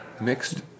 mixed